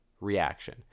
reaction